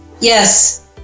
yes